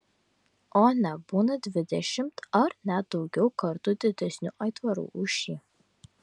o ne būna dvidešimt ar net daugiau kartų didesnių aitvarų už šį